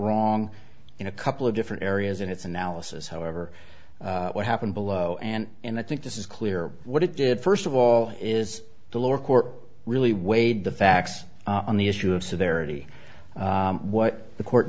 wrong in a couple of different areas in its analysis however what happened below and i think this is clear what it did first of all is the lower court really weighed the facts on the issue of so there are eighty what the court